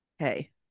Hey